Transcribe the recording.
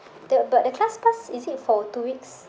the but the classpass is it for two weeks